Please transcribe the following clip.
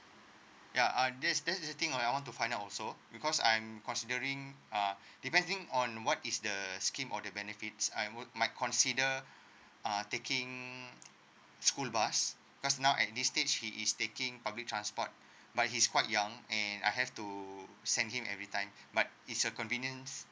ya uh that's that's the thing I want to find out also because I'm considering uh depending on what is the scheme or the benefits I would might consider uh taking school bus because now at this stage he is taking public transport but he's quite young and I have to send him every time but it's a convenience